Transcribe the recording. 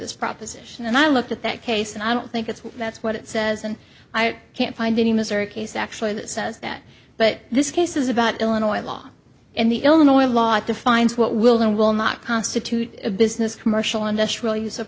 this proposition and i looked at that case and i don't think it's that's what it says and i can't find any missouri case actually that says that but this case is about illinois law and the illinois law defines what will and will not constitute a business commercial industrial use of